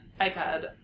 iPad